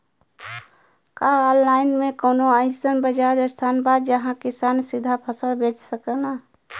का आनलाइन मे कौनो अइसन बाजार स्थान बा जहाँ किसान सीधा फसल बेच सकेलन?